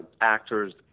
actors